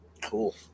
Cool